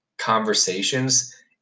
conversations